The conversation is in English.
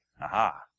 Aha